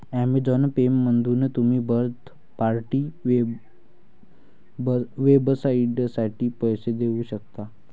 Amazon पेमधून तुम्ही third party वेबसाइटसाठी पैसे देऊ शकता